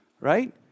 right